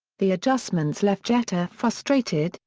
the adjustments left jeter frustrated,